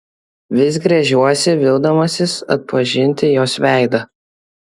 vis gręžiuosi vildamasis atpažinti jos veidą